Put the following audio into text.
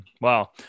Wow